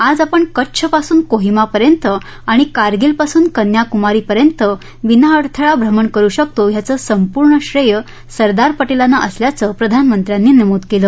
आज आपण कच्छपासून कोहिमापर्यंत आणि कारगीलपासून कन्याकुमारी पर्यंत विनाअडथळा भ्रमण करू शकतो याचं संपूर्ण श्रेय सरदार पटेलांना असल्याचं प्रधामंत्र्यांनी नमूद केलं